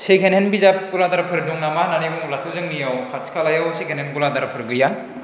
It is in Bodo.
सेकेन्ड हेण्ड बिजाब गलदारफोर दङ नामा होननानै बुङोब्लाथ' जोंनिआव खाथि खालायाव सेकेन्ड हेण्ड गलादारफोर गैया